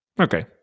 Okay